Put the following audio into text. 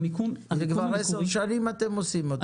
כבר עשר שנים את עושים אותה.